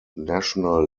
national